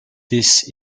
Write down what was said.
this